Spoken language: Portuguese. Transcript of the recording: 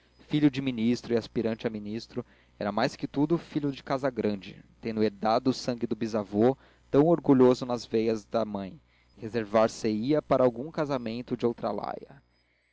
filho de ministro e aspirante a ministro e mais que tudo filho de casa grande tendo herdado o sangue do bisavô tão orgulhoso nas veias da mãe reservar se ia para algum casamento de outra laia